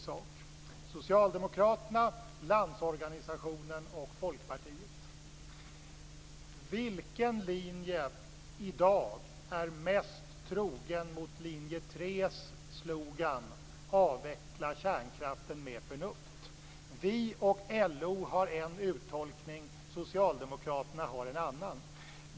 Socialdemokraterna, Landsorganisationen och Folkpartiet. Vilken linje i dag är mest trogen mot linje 2:s slogan: Avveckla kärnkraften med förnuft? Vi och LO har en uttolkning. Socialdemokraterna har en annan.